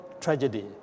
tragedy